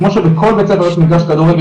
כמו שבכל בית ספר יש מגרש כדורגל,